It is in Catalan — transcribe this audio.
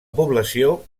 població